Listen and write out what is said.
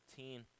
15